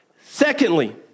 Secondly